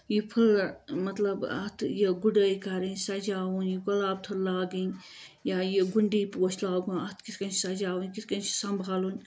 یہِ فٕلہِ مطلب اَتھ یہِ گُڑٲے کَرٕنۍ سجاوٕنۍ یہِ گۄلاب تھٔر لاگٕنۍ یا یہِ گُنڑی پوش لاگُن اَتھ کِتھ کٔنۍ چھِ سجاوٕنۍ کِتھ کٔنۍ چھِ سمبالُن